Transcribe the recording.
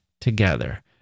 together